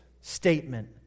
statement